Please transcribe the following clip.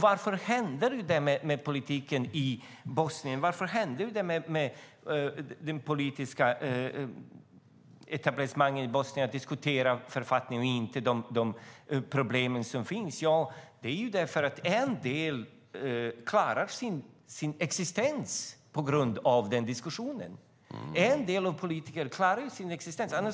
Varför hände detta med politiken i Bosnien? Varför blev det så att det politiska etablissemanget i Bosnien diskuterar författningen och inte problemen som finns? Jo, det beror på att en del politiker klarar sin existens tack vare den diskussionen, annars skulle de försvinna från den politiska arenan.